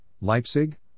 Leipzig